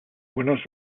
winners